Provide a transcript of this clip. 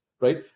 right